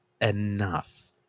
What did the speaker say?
enough